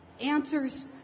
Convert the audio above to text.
answers